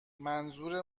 منظور